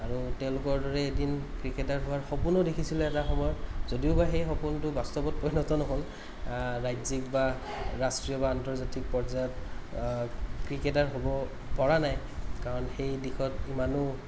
আৰু তেওঁলোকৰ দৰে এদিন ক্ৰিকেটাৰ হোৱাৰ সপোনো দেখিছিলোঁ এটা সময়ত যদিওবা সেই সপোনটো বাস্তৱত পৰিণত নহ'ল ৰাজ্যিক বা ৰাষ্ট্ৰীয় বা আন্তৰ্জাতিক পৰ্য্যায়ত ক্ৰিকেটাৰ হ'ব পৰা নাই কাৰণ সেই দিশত ইমানো